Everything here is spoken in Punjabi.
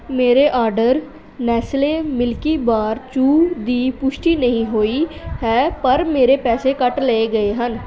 ਮੇਰੇ order Nestle Milky Bar Chew ਦੀ ਪੁਸ਼ਟੀ ਨਹੀਂ ਹੋਈ ਹੈ ਪਰ ਮੇਰੇ ਪੈਸੇ ਕੱਟ ਲਏ ਗਏ ਹਨ